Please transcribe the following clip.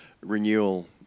renewal